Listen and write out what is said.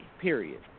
period